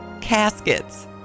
Caskets